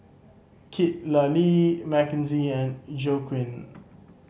Citlali Mckenzie and Joaquin